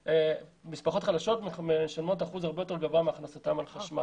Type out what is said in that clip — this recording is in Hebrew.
משפחות חלשות משלמות אחוז הרבה יותר גבוה מהכנסתן על חשמל.